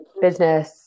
business